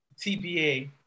TBA